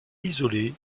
isolé